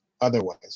otherwise